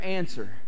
answer